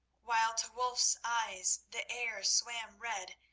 while to wulf's eyes the air swam red,